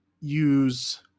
use